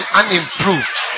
unimproved